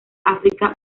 áfrica